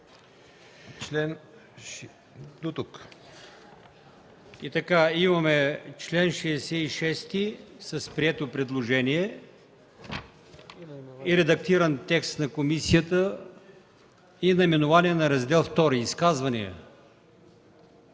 ИМАМОВ: Имаме чл. 66 с прието предложение и редактиран текст на комисията и наименование на Раздел ІІ. Има